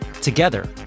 Together